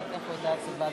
שדיבר,